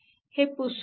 हे पुसूया